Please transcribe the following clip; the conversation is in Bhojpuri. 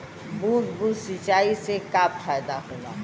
बूंद बूंद सिंचाई से का फायदा होला?